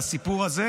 והסיפור הזה,